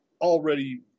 already